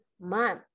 mom